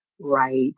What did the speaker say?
right